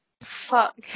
Fuck